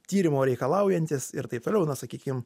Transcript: tyrimo reikalaujantis ir taip toliau na sakykim